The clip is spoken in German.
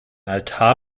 altar